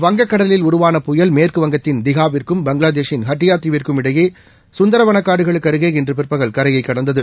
வங்கக்கடலில் உருவான புயல் மேற்குவங்கத்தின் தீகாவிற்கும் பங்களாதேஷின் ஹட்டியா தீவிற்கும் இடையே சுந்தரவனக் காடுகளுக்கு அருகே இன்று பிற்பகல் கரையை கடந்தது